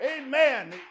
Amen